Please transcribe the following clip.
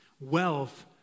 Wealth